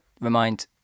remind